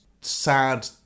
sad